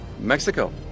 Mexico